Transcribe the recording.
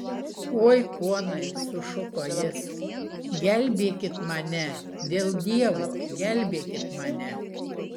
oi ponai sušuko jis gelbėkit mane dėl dievo gelbėkit mane